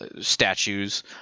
statues